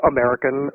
American